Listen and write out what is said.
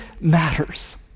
matters